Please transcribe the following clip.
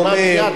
הוא בא מייד.